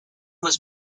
was